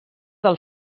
del